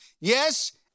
yes